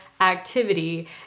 activity